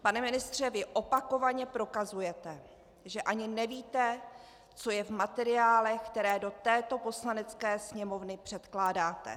Pane ministře, vy opakovaně prokazujete, že ani nevíte, co je v materiálech, které do této Poslanecké sněmovny předkládáte.